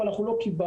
אבל אנחנו לא קיבלנו.